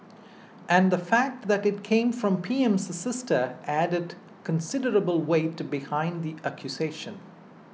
and the fact that it came from P M's sister added considerable weight behind the accusation